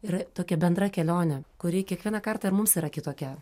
yra tokia bendra kelionė kuri kiekvieną kartą ir mums yra kitokia